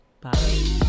Bye